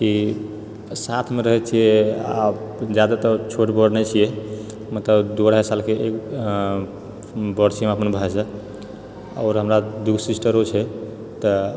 कि साथम रहैत छियै आ जादातर छोट बड़ नहि छियै मतलब दू अढ़ाइ सालके बड़ छियै हम अपना भाइसँ आओर हमरा दू सिस्टरो छै तऽ